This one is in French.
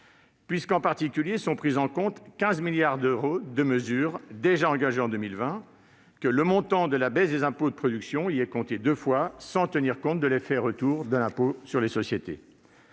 puisque, en particulier, sont pris en compte 15 milliards d'euros de mesures déjà engagées en 2020, que le montant de la baisse des impôts de production y est compté deux fois et sans tenir compte de l'« effet retour » de l'impôt sur les sociétés.